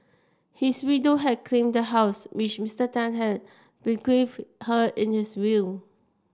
his widow had claimed the house which Mister Tan had bequeathed her in his will